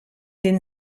den